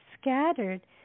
scattered